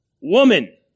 woman